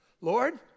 Lord